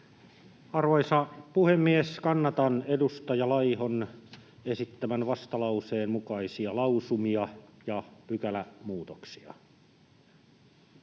Arvoisa puhemies! Kannatan edustaja Laihon esittämiä vastalauseen mukaisia lausumia ja pykälämuutoksia.